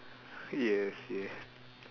yes yeah